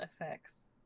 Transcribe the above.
effects